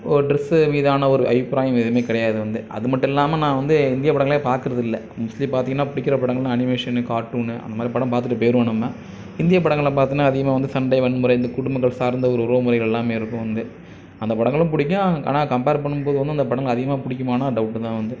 ஒரு டிரெஸ் மீதான ஒரு அபிப்ராயம் எதுவுமே கிடையாது வந்து அது மட்டும் இல்லாமல் நான் வந்து இந்தியப் படங்களே பார்க்கறது இல்லை மோஸ்ட்லி பார்த்திங்கன்னா பிடிக்கிற படங்கள்னால் அனிமேஷன் கார்டூனு அந்தமாதிரி படம் பார்த்துட்டு போயிடுவோம் நம்ம இந்தியப் படங்களை பார்த்தோன்ன அதிகமாக வந்து சண்டை வன்முறை இந்த குடும்பங்கள் சார்ந்த ஒரு உறவுமுறைகள்லாம் இருக்கும் வந்து அந்த படங்களும் பிடிக்கும் ஆனால் கம்பேர் பண்ணும்போது வந்து அந்த படங்களை அதிகமாக பிடிக்குமானா டவுட்டு தான் வந்து